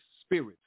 spirit